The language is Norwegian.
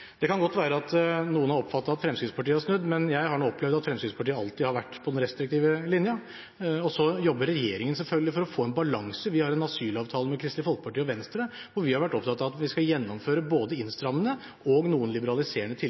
Det kan godt være at noen har oppfattet at Fremskrittspartiet har snudd, men jeg har nå opplevd at Fremskrittspartiet alltid har vært på den restriktive linjen. Så jobber regjeringen selvfølgelig for å få en balanse. Vi har en asylavtale med Kristelig Folkeparti og Venstre, og vi har vært opptatt av at vi skal gjennomføre både innstrammende og noen liberaliserende